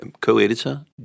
co-editor